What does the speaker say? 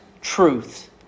truth